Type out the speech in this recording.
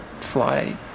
fly